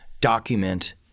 document